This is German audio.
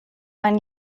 man